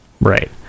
Right